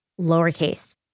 lowercase